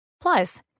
Plus